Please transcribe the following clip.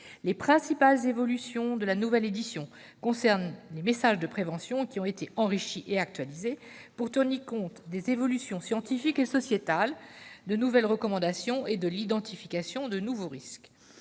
Les principales évolutions de la nouvelle édition concernent les messages de prévention, qui ont été enrichis et actualisés pour tenir compte des évolutions scientifiques et sociétales, de nouvelles recommandations et de l'identification de nouveaux risques.